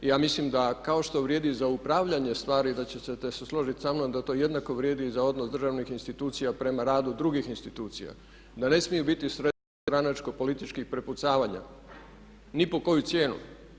I ja mislim da kao što vrijedi za upravljanje stvari da ćete se složiti samnom da to jednako vrijedi i za odnos državnih institucija prema radu drugih institucija, da ne smiju biti sredstvo stranačko političkih prepucavanja, ni po koju cijenu.